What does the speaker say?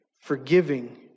forgiving